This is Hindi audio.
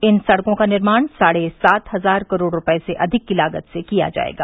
इन सड़कों का निर्माण साढ़े सात हज़ार करोड़ रूपये से अधिक की लागत से किया जायेगा